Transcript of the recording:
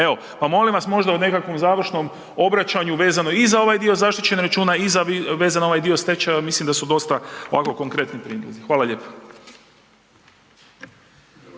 Evo, pa molim vas, možda u nekakvom završnom obraćanju vezano i za ovaj dio zaštićenog računa i za vezano ovaj dio stečaja, mislim da su dosta ovako konkretni prijedlozi. Hvala lijepo.